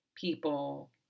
people